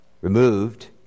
removed